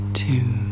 two